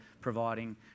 providing